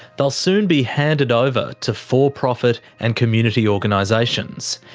they'll soon be handed over to for-profit and community organisations.